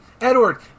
Edward